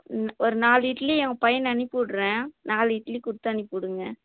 ஒரு நாலு இட்லி என் பையனை அனுப்பி விடுகிறேன் நாலு இட்லி கொடுத்தனுப்பிஉடுங்க